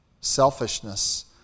Selfishness